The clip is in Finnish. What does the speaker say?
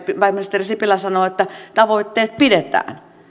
pääministeri sipilä sanoo että tavoitteet pidetään